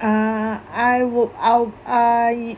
uh I would I'll I